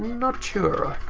not sure.